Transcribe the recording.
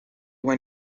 when